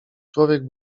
człowiek